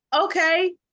okay